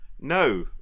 No